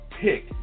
pick